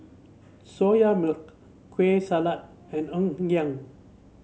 Soya Milk Kueh Salat and Ngoh Hiang